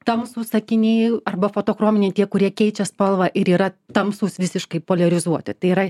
tamsūs akiniai arba fotochrominiai tie kurie keičia spalvą ir yra tamsūs visiškai poliarizuoti tai yra